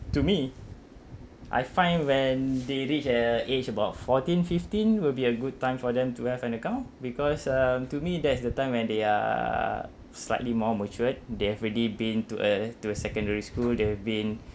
to me I find when they reach uh age about fourteen fifteen will be a good time for them to have an account because uh to me that's the time when they are slightly more matured they have already been to uh to a secondary school they have been